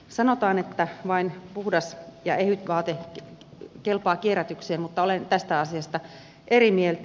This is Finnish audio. sanotaan että vain puhdas ja ehyt vaate kelpaa kierrätykseen mutta olen tästä asiasta eri mieltä